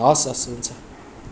हस् हस् हुन्छ